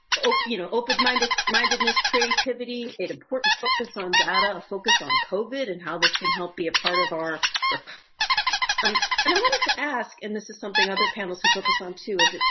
open you know open mind mindedness, creativity is important focus on data, focus on cobit and how this can help be a part of our um and i wanted to ask and this is something other panels we focus on. two is,